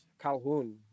Calhoun